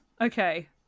Okay